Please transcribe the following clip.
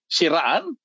Siraan